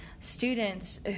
students